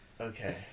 okay